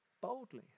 boldly